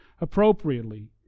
appropriately